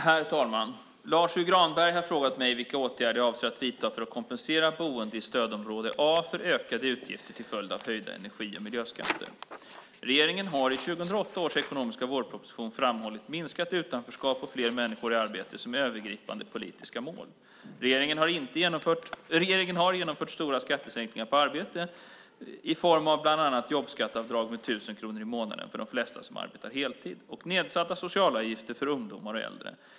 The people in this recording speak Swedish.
Herr talman! Lars U Granberg har frågat mig vilka åtgärder jag avser att vidta för att kompensera boende i stödområde A för ökade utgifter till följd av höjda energi och miljöskatter. Regeringen har i 2008 års ekonomiska vårproposition framhållit minskat utanförskap och fler människor i arbete som övergripande politiska mål. Regeringen har genomfört stora skattesänkningar på arbete i form av bland annat jobbskatteavdrag med 1 000 kronor i månaden för de flesta som arbetar heltid och nedsatta socialavgifter för ungdomar och äldre.